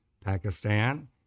Pakistan